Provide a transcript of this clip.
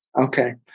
Okay